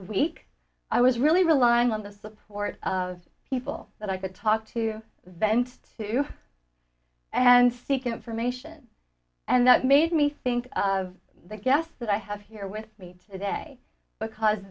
week i was really relying on the support of people that i could talk to to vent and seeking information and that made me think of the guests that i have here with me today because